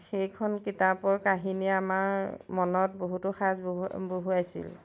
সেইখন কিতাপৰ কাহিনীয়ে আমাৰ মনত বহুতো সাঁচ বহু বহুৱাইছিল